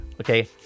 okay